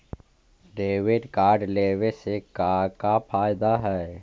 Debit card लेवे से का का फायदा है?